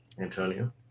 Antonio